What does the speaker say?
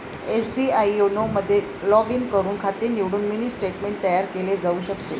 SBI YONO मध्ये log in करून खाते निवडून मिनी स्टेटमेंट तयार केले जाऊ शकते